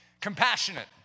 Compassionate